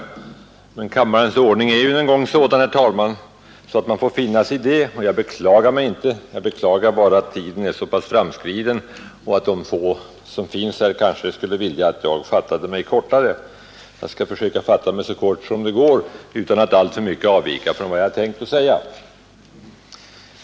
Men, herr talman, kammarens arbetsordning är nu en gång sådan att man får finna sig i det, och jag beklagar mig inte. Jag beklagar bara att tiden är så pass långt framskriden och att de få som finns här kanske skulle önska att jag fattade mig kortare. Jag skall fatta mig så kort som möjligt utan att alltför mycket avvika från vad jag hade tänkt säga.